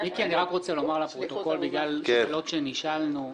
לומר לפרוטוקול בעקבות שאלות שנשאלנו.